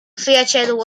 przyjacielu